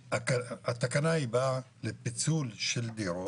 התקנה היא באה לפיצול של דירות.